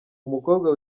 umukobwa